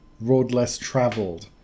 road-less-traveled